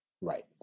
right